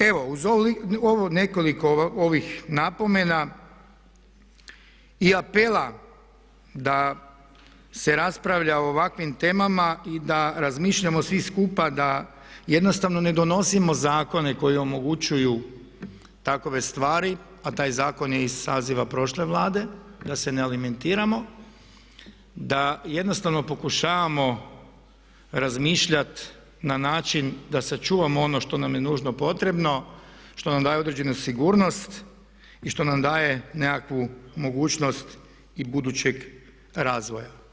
Evo, uz ovih nekoliko napomena i apela da se raspravlja o ovakvim temama i da razmišljamo svi skupa da jednostavno ne donosimo zakone koji omogućuju takve stvari a taj zakon je iz saziva prošle Vlade da se ne alimentiramo, da jednostavno pokušavamo razmišljat na način da sačuvamo ono što nam je nužno potrebno, što nam daje određenu sigurnost i što nam daje nekakvu mogućnost i budućeg razvoja.